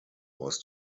was